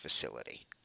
facility